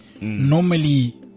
normally